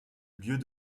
lieux